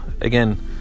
again